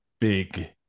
big